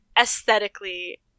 aesthetically